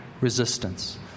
resistance